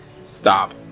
Stop